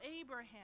Abraham